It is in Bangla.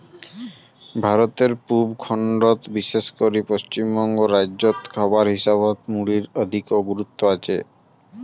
ভারতর পুব খণ্ডত বিশেষ করি পশ্চিমবঙ্গ রাইজ্যত খাবার হিসাবত মুড়ির অধিকো গুরুত্ব আচে